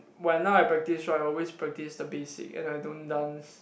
when now I practice right I always practice the basic and I don't dance